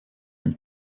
and